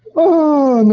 oh and